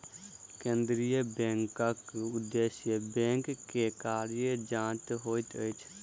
केंद्रीय बैंकक उदेश्य बैंक के कार्य जांचक होइत अछि